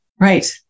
Right